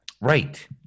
Right